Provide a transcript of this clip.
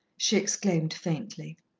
she exclaimed faintly.